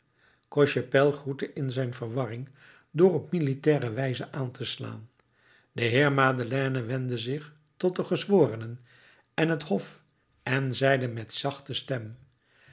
cochepaille groette in zijn verwarring door op militaire wijze aan te slaan de heer madeleine wendde zich tot de gezworenen en het hof en zeide met zachte stem